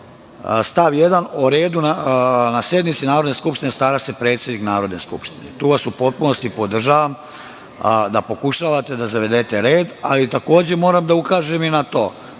stav 1. - o redu na sednici Narodne skupštine stara se predsednik Narodne skupštine. Tu vas u potpunosti podržavam da pokušavate da zavedete red, ali takođe, moram da ukažem i na to